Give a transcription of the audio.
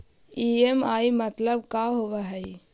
EMI मतलब का होब हइ?